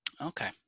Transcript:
Okay